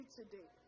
today